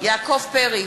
יעקב פרי,